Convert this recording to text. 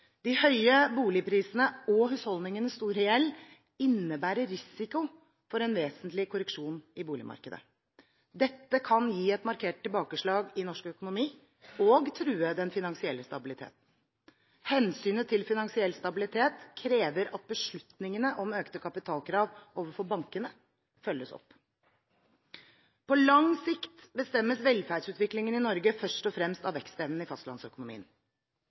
De høye boligprisene og husholdningenes store gjeld innebærer risiko for en vesentlig korreksjon i boligmarkedet. Dette kan gi et markert tilbakeslag i norsk økonomi og true den finansielle stabiliteten. Hensynet til finansiell stabilitet krever at beslutningene om økte kapitalkrav overfor bankene følges opp. På lang sikt bestemmes velferdsutviklingen i Norge først og fremst av vekstevnen i fastlandsøkonomien.